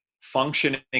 functioning